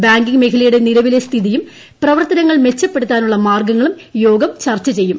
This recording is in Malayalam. ബാങ്കിംഗ് മേഖലയുടെ നിലവിട്ടുള്ള സ്ഥിതിയും പ്രവർത്തനങ്ങൾ മെച്ചപ്പെടുത്താനുള്ള മാർഗ്ഗങ്ങളുക് യോഗം ചർച്ച ചെയ്യും